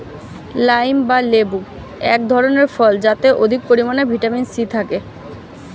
lime বা লেবু এক ধরনের ফল যাতে অনেক পরিমাণে ভিটামিন সি থাকে